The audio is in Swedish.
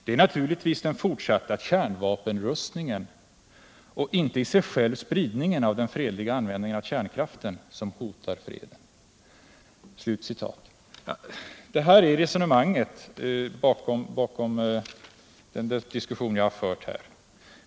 Det är naturligtvis den fortsatta kärnvapenkapprustningen — inte i sig själv spridningen av den fredliga användningen av kärnkraften — som hotar freden.” Det här resonemanget ligger bakom den diskussion jag har fört.